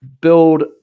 build